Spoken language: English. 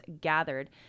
gathered